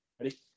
Ready